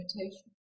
imitation